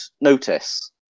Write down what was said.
notice